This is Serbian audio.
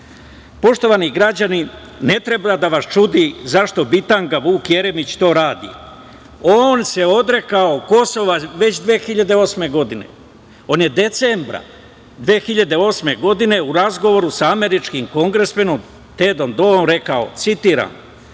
građani, ne treba da vas čudi zašto bitanga Vuk Jeremić to radi. On se odrekao Kosova već 2008. godine. On je decembra 2008. godine u razgovoru sa američkim kongresmenom Tedom Doom rekao, citiram: